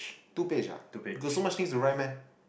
two page ah got so much things to write meh